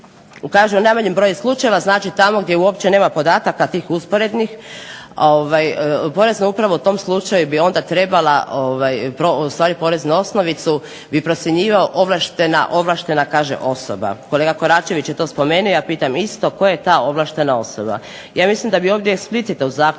kaže u najmanjem broju slučajeva, znači tamo gdje uopće nema podataka tih usporednih, Porezna uprava u tom slučaju bi onda trebala, ustvari porez na osnovicu bi procjenjivao ovlaštena kaže osoba. Kolega Koračević je to spomenuo, ja pitam isto, tko je ta ovlaštena osoba? Ja mislim da bi ovdje explicite u zakonu